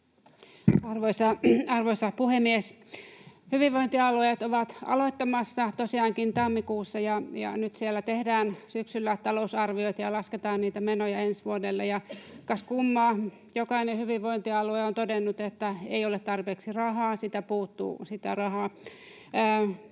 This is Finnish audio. Arvoisa puhemies! Hyvinvointialueet ovat aloittamassa tosiaankin tammikuussa, ja nyt syksyllä siellä tehdään talousarviot ja lasketaan niitä menoja ensi vuodelle. Kas kummaa, jokainen hyvinvointialue on todennut, että ei ole tarpeeksi rahaa, sitä rahaa